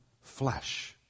flesh